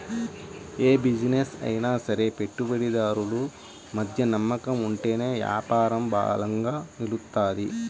యే బిజినెస్ అయినా సరే పెట్టుబడిదారులు మధ్య నమ్మకం ఉంటేనే యాపారం బలంగా నిలుత్తది